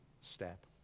step